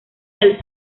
del